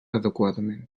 adequadament